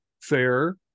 Fair